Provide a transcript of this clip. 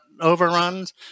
overruns